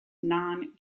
non